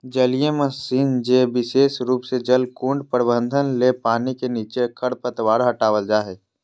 जलीय मशीन जे विशेष रूप से जलकुंड प्रबंधन ले पानी के नीचे खरपतवार हटावल जा हई